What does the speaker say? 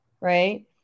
right